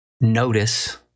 notice